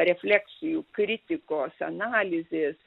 refleksijų kritikos analizės